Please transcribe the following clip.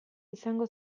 izango